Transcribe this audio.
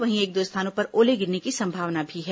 वहीं एक दो स्थानों पर ओले गिरने की संभावना भी है